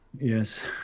yes